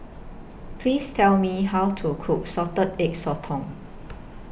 Please Tell Me How to Cook Salted Egg Sotong